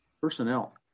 Personnel